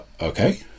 okay